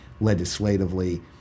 legislatively